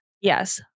Yes